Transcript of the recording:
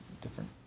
different